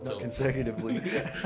Consecutively